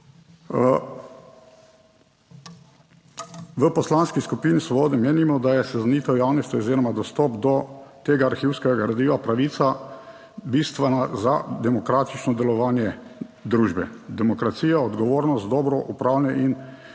V Poslanski skupini Svobode menimo, da je seznanitev javnosti oziroma dostop do tega arhivskega gradiva pravica, bistvena za demokratično delovanje družbe. Demokracija, odgovornost za dobro upravljanje in